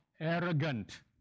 arrogant